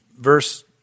verse